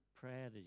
prayer